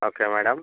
okay madam